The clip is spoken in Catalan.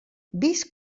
vist